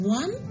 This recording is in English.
one